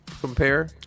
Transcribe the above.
compare